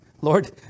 Lord